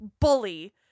bully